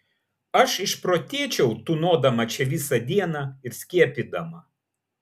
aš išprotėčiau tūnodama čia visą dieną ir skiepydama